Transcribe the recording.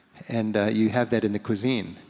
and you have that in the cuisine.